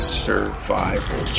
survival